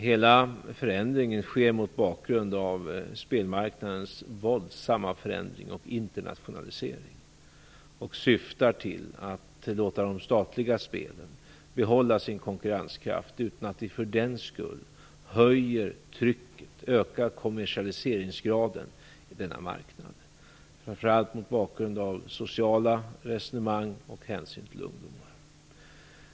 Hela förändringen sker mot bakgrund av spelmarknadens våldsamma omvandling och internationalisering, och den syftar till att låta de statliga spelen behålla sin konkurrenskraft utan att vi för den skull höjer trycket och ökar kommersialiseringsgraden på denna marknad, framför allt mot bakgrund av sociala resonemang och hänsyn till ungdomar.